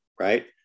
right